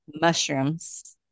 mushrooms